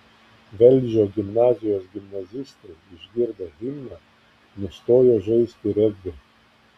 velžio gimnazijos gimnazistai išgirdę himną nustojo žaisti regbį